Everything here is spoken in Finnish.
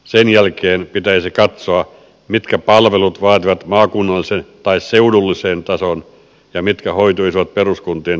sen jälkeen pitäisi katsoa mitkä palvelut vaativat maakunnallisen tai seudullisen tason ja mitkä hoituisivat peruskuntien toimesta